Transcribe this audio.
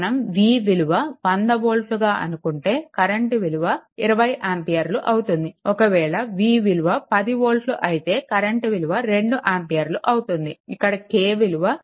మనం v విలువ 100 వోల్ట్లు అనుకుంటే కరెంట్ విలువ 20 ఆంపియర్లు అవుతుంది ఒకవేళ v విలువ 10 వోల్ట్లు అయితే కరెంట్ విలువ 2 ఆంపియర్లు వస్తుంది ఇక్కడ k విలువ 0